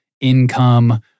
income